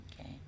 Okay